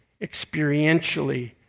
experientially